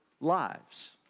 lives